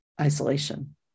isolation